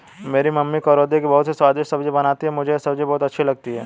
मेरी मम्मी करौंदे की बहुत ही स्वादिष्ट सब्जी बनाती हैं मुझे यह सब्जी बहुत अच्छी लगती है